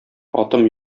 атым